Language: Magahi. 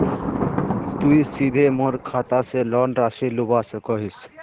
तुई सीधे मोर खाता से लोन राशि लुबा सकोहिस?